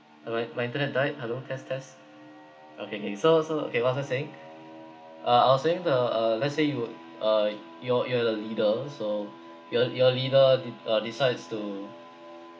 alright my internet died hello test test okay !hey! so so okay what's I saying uh I was saying the uh let's say you would uh you're you're the leader so your your leader de~ uh decides to